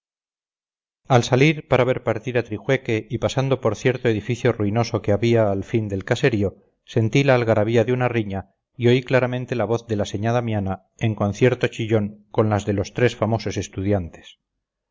al salir para ver partir a trijueque y pasando por cierto edificio ruinoso que había al fin del caserío sentí la algarabía de una riña y oí claramente la voz de la señá damiana en concierto chillón con las de los tres famosos estudiantes